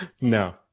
No